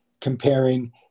comparing